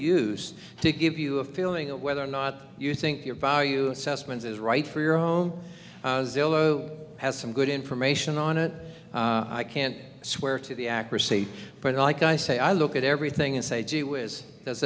use to give you a feeling of whether or not you think your value assessment is right for your home has some good information on it i can't swear to the accuracy but i like i say i look at everything and say gee whiz does